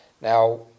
Now